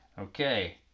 okay